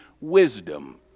wisdom